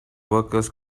workers